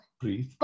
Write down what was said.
breathe